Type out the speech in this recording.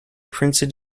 printed